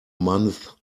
month